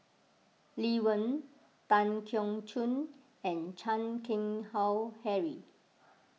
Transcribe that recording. Lee Wen Tan Keong Choon and Chan Keng Howe Harry